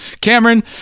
Cameron